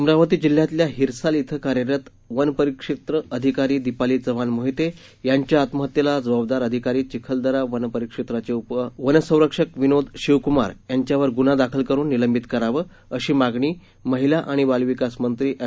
अमरावती जिल्ह्यातल्या हरिसाल इथं कार्यरत वन परिक्षेत्र अधिकारी दीपाली चव्हाण मोहिते यांच्या आत्महत्येला जबाबदार अधिकारी चिखलदरा वनपरिक्षेत्राचे उप वनसंरक्षक विनोद शिवकुमार याच्यावर गुन्हा दाखल करून निलंबित करावं अशी मागणी महिला आणि बालविकास मंत्री एड